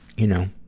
you know,